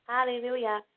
Hallelujah